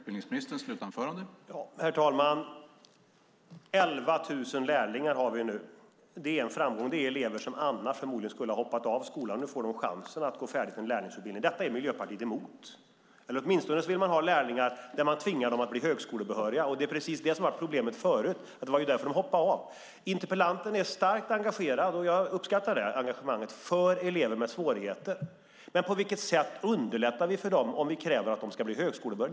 Herr talman! Vi har nu 11 000 lärlingar. Det är en framgång. Det är elever som förmodligen annars skulle ha hoppat av skolan. Nu får de chansen att gå färdigt en lärlingsutbildning. Detta är Miljöpartiet emot, eller åtminstone vill man ha lärlingar där man tvingar dem att bli högskolebehöriga. Det är precis det som har varit problemet förut. Det var därför de hoppade av. Interpellanten är starkt engagerad, och jag uppskattar det engagemanget, för elever med svårigheter. Men på vilket sätt underlättar vi för dem om vi kräver att de ska bli högskolebehöriga?